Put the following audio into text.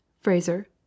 Fraser